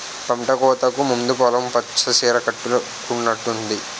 పంటకోతకు ముందు పొలం పచ్చ సీర కట్టుకునట్టుంది